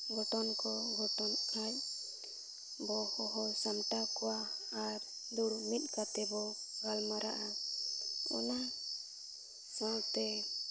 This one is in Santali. ᱜᱷᱚᱴᱚᱱ ᱠᱚ ᱜᱷᱚᱴᱚᱱᱚᱜ ᱠᱷᱟᱡ ᱵᱚ ᱦᱚᱦᱚ ᱥᱟᱢᱴᱟᱣ ᱠᱚᱣᱟ ᱟᱨ ᱫᱩᱲᱩᱵ ᱢᱤᱫ ᱠᱟᱛᱮᱫ ᱵᱚᱱ ᱜᱟᱞᱢᱟᱨᱟᱜᱼᱟ ᱚᱱᱟ ᱥᱟᱶᱛᱮ